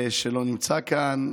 שלא נמצא כאן.